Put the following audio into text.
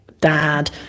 dad